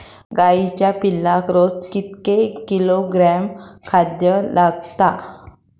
गाईच्या पिल्लाक रोज कितके किलोग्रॅम खाद्य लागता?